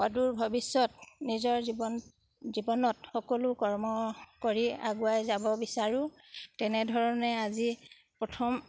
সদূৰ ভৱিষ্যত নিজৰ জীৱন জীৱনত সকলো কৰ্ম কৰি আগুৱাই যাব বিচাৰোঁ তেনেধৰণে আজি প্ৰথম